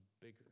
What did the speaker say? bigger